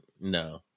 No